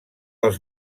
els